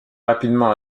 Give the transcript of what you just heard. rapidement